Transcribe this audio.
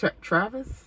Travis